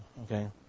Okay